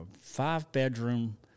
five-bedroom